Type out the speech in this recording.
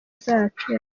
zacu